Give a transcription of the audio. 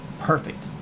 Perfect